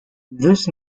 this